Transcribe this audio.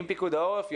עם פיקוד העורף,